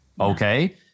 Okay